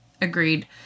Agreed